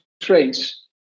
trains